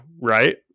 right